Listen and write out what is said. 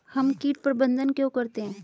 हम कीट प्रबंधन क्यों करते हैं?